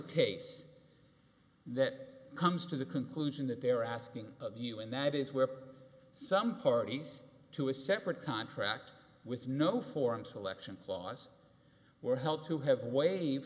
case that comes to the conclusion that they're asking of you and that is where some parties to a separate contract with no foreign selection clause were helped to have waive